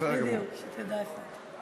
בדיוק, שתדע איפה אתה.